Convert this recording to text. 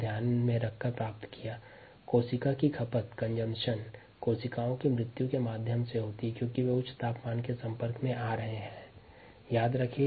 rcddt कोशिका की खपत कोशिका की मृत्यु के माध्यम से होती है क्योंकि वे उच्च तापमान के संपर्क में आ रहे हैं